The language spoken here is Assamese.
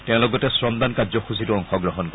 তেওঁ লগতে শ্ৰমদান কাৰ্যসূচীতো অংশগ্ৰহণ কৰে